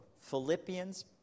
Philippians